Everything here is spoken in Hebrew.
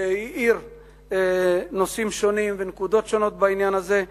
שהאיר נושאים שונים ונקודות שונות בעניין הזה.